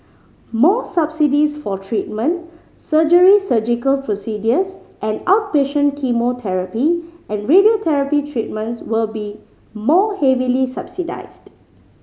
more subsidies for treatment surgery Surgical procedures and outpatient chemotherapy and radiotherapy treatments will be more heavily subsidised